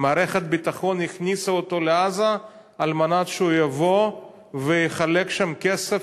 מערכת הביטחון הכניסה אותו לעזה על מנת שהוא יבוא ויחלק שם כסף